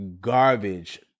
garbage